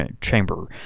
chamber